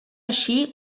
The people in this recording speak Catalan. així